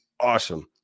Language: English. awesome